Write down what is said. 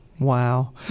Wow